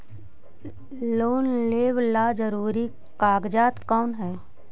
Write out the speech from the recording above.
Loan लेब ला जरूरी कागजात कोन है?